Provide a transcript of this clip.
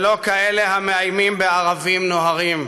ולא כמו אלה המאיימים ב"ערבים נוהרים".